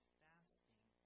fasting